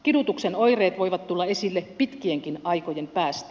kidutuksen oireet voivat tulla esille pitkienkin aikojen päästä